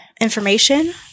information